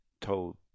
told